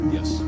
Yes